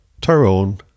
tyrone